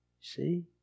See